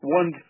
one